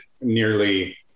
nearly